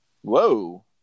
Whoa